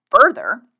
further